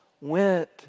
went